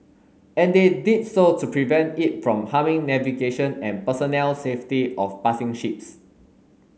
and they did so to prevent it from harming navigation and personnel safety of passing ships